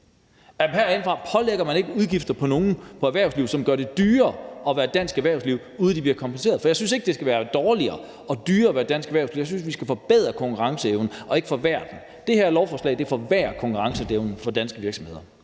herindefra ikke lægger udgifter på erhvervslivet, som gør det dyrere at være dansk erhvervsliv, uden at det bliver kompenseret. For jeg synes ikke, det skal være dårligere og dyrere at være dansk erhvervsliv; jeg synes, vi skal forbedre konkurrenceevnen og ikke forværre den. Det her lovforslag forværrer konkurrenceevnen hos danske virksomheder.